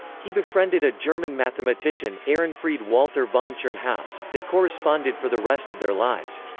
he befriended a german mathematician, ehrenfried walther von tschirnhaus they corresponded for the rest of their lives.